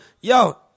yo